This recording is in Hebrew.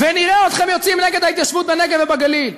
ונראה אתכם יוצאים נגד ההתיישבות בנגב ובגליל.